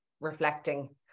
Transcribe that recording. reflecting